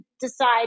decide